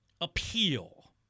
appeal